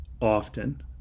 often